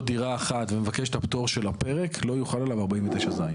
דירה אחת ומבקש את הפטור --- לא יחול עליו 49(ז).